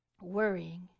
worrying